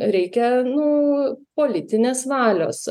reikia nu politinės valios